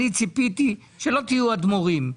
אני ציפיתי שלא תהיו אדמו"רים.